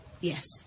Yes